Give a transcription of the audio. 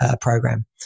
program